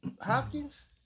Hopkins